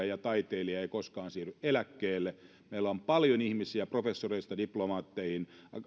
ja taiteilija eivät koskaan siirry eläkkeelle meillä on paljon ihmisiä professoreista diplomaatteihin